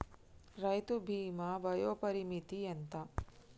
రైతు బీమా వయోపరిమితి ఎంత?